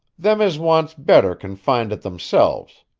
them as wants better can find it themselves.